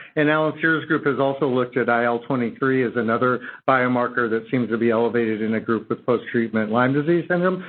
and allen steere's group has also looked at il twenty three as another bio-marker that seems to be elevated in a group of post-treatment lyme disease syndrome.